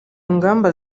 ngamba